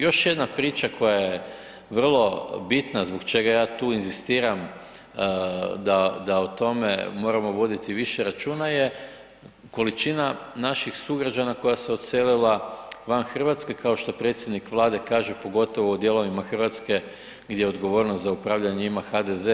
Još jedna priča koja je vrlo bitna zbog čega ja tu inzistiram da o tome moramo voditi više računa je količina naših sugrađana koja se odselila van Hrvatske kao što predsjednik Vlade kaže, pogotovo u dijelovima Hrvatske gdje je odgovornost za upravljanje ima HDZ.